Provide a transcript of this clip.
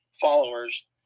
followers